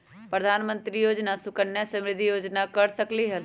प्रधानमंत्री योजना सुकन्या समृद्धि योजना कर सकलीहल?